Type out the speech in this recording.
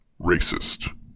racist